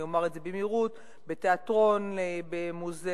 אני אומר את זה במהירות: בתיאטרון, במוזיאונים,